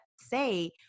say